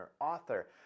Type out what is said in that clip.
author